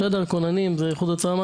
כוננים זה איחוד הצלה,